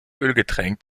ölgetränkt